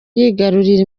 yigarurira